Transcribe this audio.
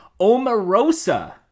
Omarosa